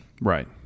Right